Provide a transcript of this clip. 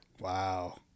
wow